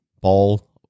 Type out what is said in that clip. Ball